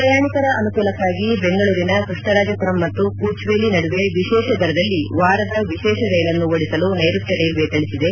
ಪ್ರಯಾಣಿಕರ ಅನುಕೂಲಕ್ಕಾಗಿ ಬೆಂಗಳೂರಿನ ಕೃಷ್ಣರಾಜಪುರಂ ಮತ್ತು ಕೊಚುವೆಲ್ಲಿ ನಡುವೆ ವಿಶೇಷ ದರದಲ್ಲಿ ವಾರದ ವಿಶೇಷ ರೈಲನ್ನು ಓಡಿಸಲು ನೈರುತ್ಯ ರೈಲ್ವೆ ತಿಳಿಸಿದೆ